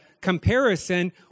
comparison